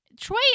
Troy